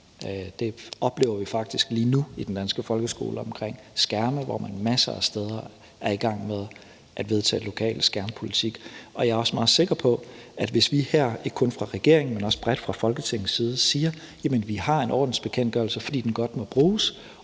Det oplever vi faktisk lige nu i den danske folkeskole omkring skærme, hvor man masser af steder er i gang med at vedtage lokal skærmpolitik. Jeg er også meget sikker på, hvis vi her, ikke kun fra regeringens side, men også bredt fra Folketingets side siger, jamen vi har en ordensbekendtgørelse, fordi den godt må bruges,